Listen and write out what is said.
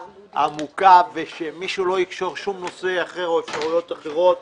עמוקה ושמישהו לא יקשור שום נושא אחר או אפשרויות אחרות.